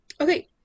okay